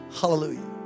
Hallelujah